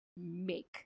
make